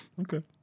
Okay